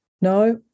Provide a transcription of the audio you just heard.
No